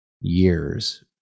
years